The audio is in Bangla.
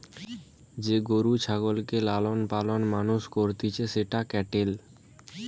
যে গরু ছাগলকে লালন পালন মানুষ করতিছে সেটা ক্যাটেল